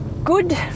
good